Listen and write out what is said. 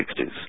1960s